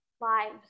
Lives